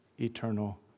eternal